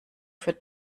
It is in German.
für